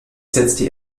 setzte